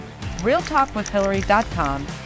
realtalkwithhillary.com